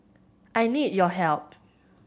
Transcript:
I need your help